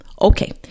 Okay